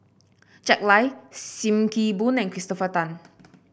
Jack Lai Sim Kee Boon and Christopher Tan